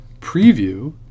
Preview